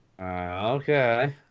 Okay